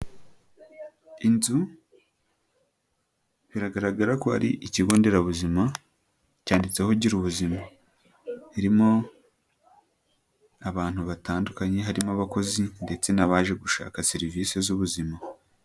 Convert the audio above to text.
Inzu biragaragara ko ari ikigo nderabuzima, cyanditseho girubuzima. Irimo abantu batandukanye, harimo abakozi ndetse n'abaje gushaka serivisi z'ubuzima.